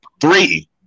three